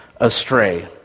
astray